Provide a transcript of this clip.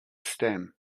stem